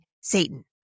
Satan